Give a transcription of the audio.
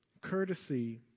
courtesy